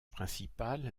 principal